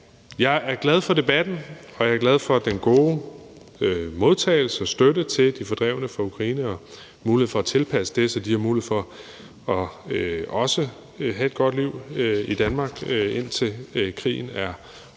Jeg er glad for debatten, og jeg er glad for den gode modtagelse og støtte til de fordrevne fra Ukraine og muligheden for at tilpasse det, så de har mulighed for også at have et godt liv i Danmark, indtil krigen er overstået.